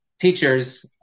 teachers